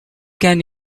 can